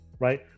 right